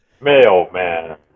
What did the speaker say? Mailman